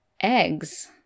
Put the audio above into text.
Eggs